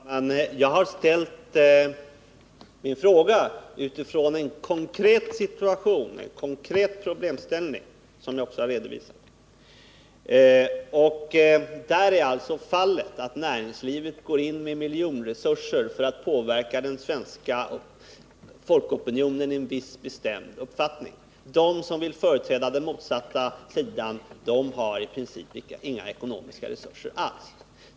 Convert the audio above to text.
Herr talman! Jag har ställt min fråga utifrån en konkret situation, én konkret problemställning, som jag också har redovisat. Fallet är att näringslivet går ut med miljonresurser för att påverka den svenska folkopinionen i en viss riktning. De som vill företräda den motsatta sidan har i princip inga ekonomiska resurser alls.